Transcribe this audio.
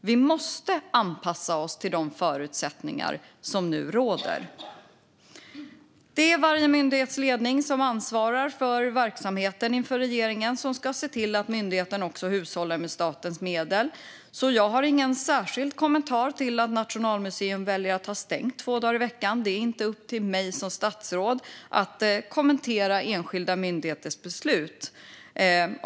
Vi måste anpassa oss till de förutsättningar som råder. Det är varje myndighets ledning som ansvarar för verksamheten inför regeringen och som ska se till att myndigheten också hushållar med statens medel. Jag har därför ingen särskild kommentar till att Nationalmuseum väljer att ha stängt två dagar i veckan. Det är inte upp till mig som statsråd att kommentera enskilda myndigheters beslut.